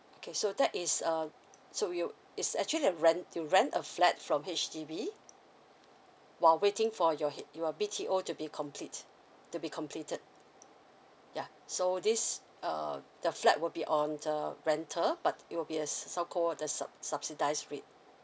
okay so that is a so you it's actually a rent you rent a flat from H_D_B while waiting for your H your B_T_O to be complete to be completed yeah so this uh the flat will be on the rental but it will be at so called the sub~ subsidised rate